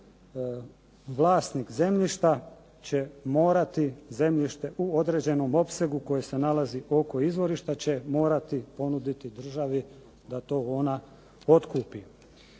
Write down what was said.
vlasnik zemljišta će morati zemljište u određenom opsegu koje se nalazi oko izvorišta će morati ponuditi državi da to ona otkupi.